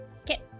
Okay